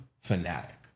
Fanatic